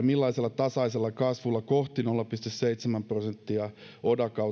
millaisella tasaisella kasvulla mennään kohti nolla pilkku seitsemän prosentin oda